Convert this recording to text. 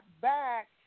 back